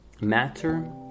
Matter